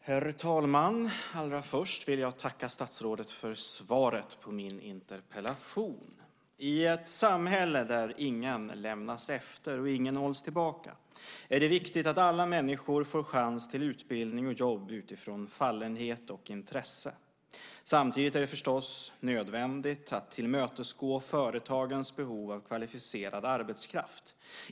Herr talman! Allra först vill jag tacka statsrådet för svaret på min interpellation. I ett samhälle där ingen lämnas efter och ingen hålls tillbaka är det viktigt att alla människor får chans till utbildning och jobb utifrån fallenhet och intresse. Samtidigt är det förstås nödvändigt att tillmötesgå företagens behov av kvalificerad arbetskraft.